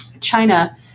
China